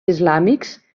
islàmics